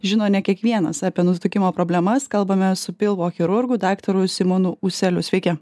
žino ne kiekvienas apie nutukimo problemas kalbame su pilvo chirurgu daktaru simonu ūseliu sveiki